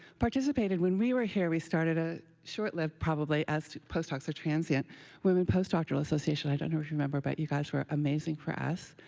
participated. when we were here we started a short-lived probably, as postdocs are transient women postdoctoral association. i don't know if you remember, but you guys were amazing for us.